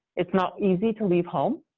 it's not easy to leave home,